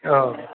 औ